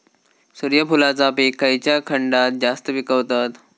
सूर्यफूलाचा पीक खयच्या खंडात जास्त पिकवतत?